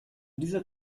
dieser